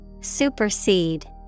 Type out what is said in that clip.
Supersede